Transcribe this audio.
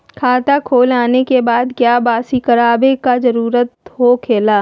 खाता खोल आने के बाद क्या बासी करावे का जरूरी हो खेला?